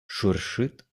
шуршит